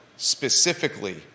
Specifically